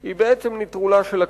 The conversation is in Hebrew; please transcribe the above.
היא בעצם נטרולה של הכנסת.